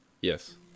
yes